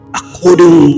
according